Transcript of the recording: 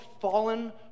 fallen